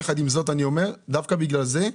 יחד עם זאת, אני אומר שדווקא בגלל זה,